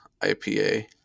IPA